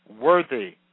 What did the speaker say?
worthy